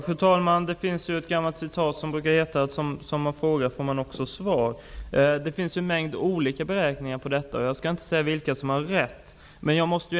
Fru talman! Det finns ett gammalt citat som lyder: Som man frågar får man också svar. Det har gjorts ett antal olika beräkningar för detta. Jag skall inte säga vilken som är den rätta.